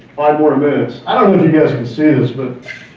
five more minutes. i don't know if you guys can see this but,